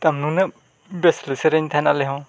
ᱛᱳ ᱱᱩᱱᱟᱹᱜ ᱵᱮᱥ ᱞᱮ ᱥᱮᱨᱮᱧ ᱛᱟᱦᱮᱱ ᱟᱞᱮ ᱦᱚᱸ